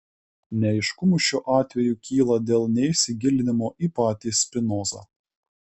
neaiškumų šiuo atveju kyla dėl neįsigilinimo į patį spinozą